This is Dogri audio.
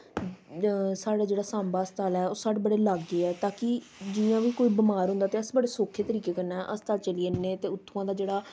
साढ़े जेह्ड़ा सांबा अस्पताल ऐ ओह् साढ़े बड़ा लाग्गे ऐ ताकि जियां बी कोई बमार होंदा ते अस बड़े सौक्खे तरीके कन्नै अस्पताल चली जन्ने ते उत्थुआं दा जेह्ड़ा